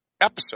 episode